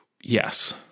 Yes